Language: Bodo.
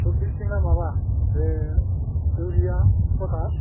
थगदैसिंना माबा बे इउरिया पटास